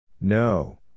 No